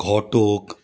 ঘটক